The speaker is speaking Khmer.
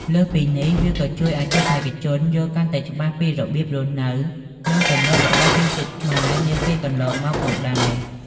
លើសពីនេះ វាក៏ ជួយឲ្យទស្សនិកជនយល់កាន់តែច្បាស់ពីរបៀបរស់នៅ និងទម្លាប់របស់ជនជាតិខ្មែរនាពេលកន្លងមក ផងដែរ។